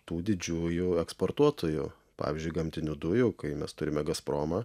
tų didžiųjų eksportuotojų pavyzdžiui gamtinių dujų kai mes turime gazpromą